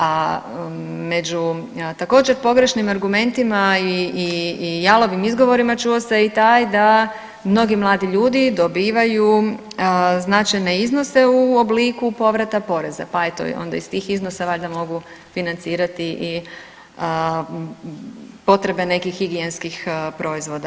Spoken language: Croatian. A među također pogrešnim argumentima i jalovim izgovorima čuo se i taj da mnogi mladi ljudi dobivaju značajne iznose u obliku povrata poreza, pa eto onda eto iz tih iznosa valjda mogu financirati i potrebe nekih higijenskih proizvoda.